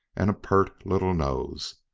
and a pert little nose.